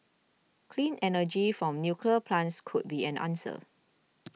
clean energy from nuclear plants could be an answer